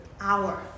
hour